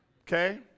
Okay